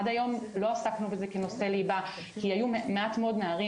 עד היום לא עסקנו בזה כנושא ליבה כי היו מעט מאוד נערים,